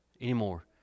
anymore